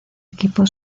equipo